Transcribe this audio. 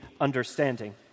understanding